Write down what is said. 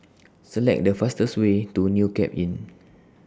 Select The fastest Way to New Cape Inn